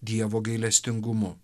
dievo gailestingumu